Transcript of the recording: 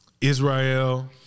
Israel